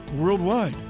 worldwide